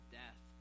death